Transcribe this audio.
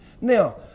Now